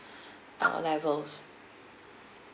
uh levels